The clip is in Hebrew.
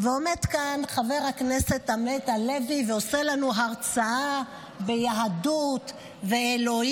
ועומד כאן חבר הכנסת עמית הלוי ועושה לנו הרצאה ביהדות ואלוהים.